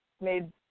made